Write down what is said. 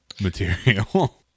material